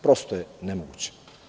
Prosto je nemoguće.